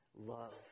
love